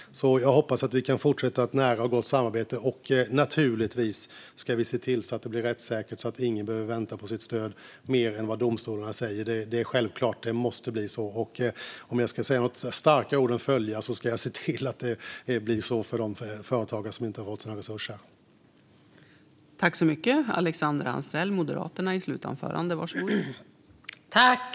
Jag hoppas att vi kan fortsätta ett nära och gott samarbete. Naturligtvis ska vi se till att det blir rättssäkert så att ingen behöver vänta på sitt stöd längre än vad domstolarna säger. Det är självklart; det måste bli så. Om jag ska ge några starka ord att följa är det att jag ska se till att det blir så för de företagare som inte har fått sina resurser än.